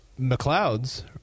McLeod's